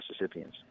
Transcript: Mississippians